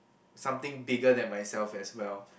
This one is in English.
something bigger than myself as well